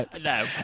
No